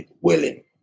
willing